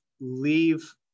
leave